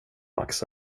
max